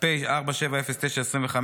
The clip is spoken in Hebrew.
פ/4709/25,